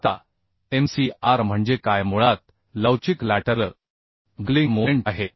आता mcr म्हणजे काय मुळात लवचिक लॅटरल बक्लिंग मोमेंट आहे